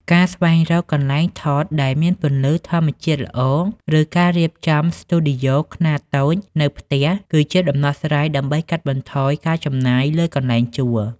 ការស្វែងរកកន្លែងថតដែលមានពន្លឺធម្មជាតិល្អ ឬការរៀបចំស្ទូឌីយោខ្នាតតូចនៅផ្ទះ គឺជាដំណោះស្រាយដើម្បីកាត់បន្ថយការចំណាយលើកន្លែងជួល។